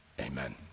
Amen